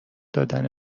دادن